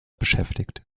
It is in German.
beschäftigt